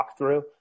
walkthrough